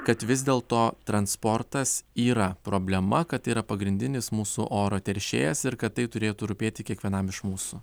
kad vis dėlto transportas yra problema kad tai yra pagrindinis mūsų oro teršėjas ir kad tai turėtų rūpėti kiekvienam iš mūsų